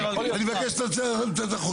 אני מבקש לצאת החוצה.